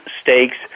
stakes